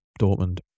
Dortmund